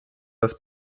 das